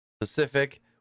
Pacific